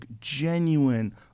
genuine